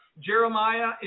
Jeremiah